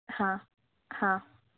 હા હા